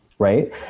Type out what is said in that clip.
Right